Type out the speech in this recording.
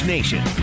Nation